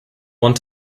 want